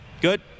Good